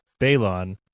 Balon